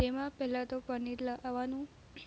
તેમા પહેલા તો પનીર લાવાનું